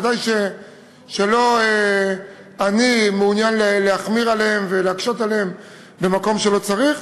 ודאי שלא אני מעוניין להחמיר ולהקשות עליהם במקום שלא צריך.